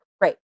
great